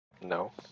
No